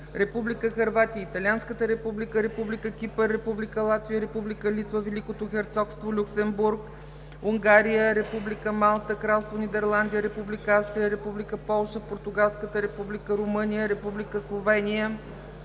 Република Хърватия, Италианската република, Република Кипър, Република Латвия, Република Литва, Великото херцогство Люксембург, Унгария, Република Малта, Кралство Нидерландия, Република Австрия, Република Полша, Португалската република, Румъния, Република Словения,